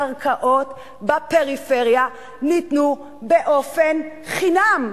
קרקעות בפריפריה ניתנו באופן, חינם,